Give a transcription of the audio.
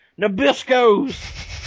Nabiscos